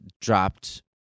dropped